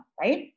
right